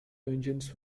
engines